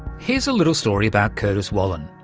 here's a little story about curtis wallen.